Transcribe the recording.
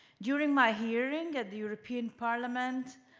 during my hearing at the european parliament,